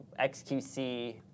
XQC